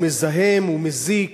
הוא מזהם, הוא מזיק,